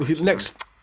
Next